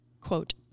quote